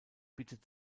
bittet